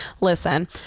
listen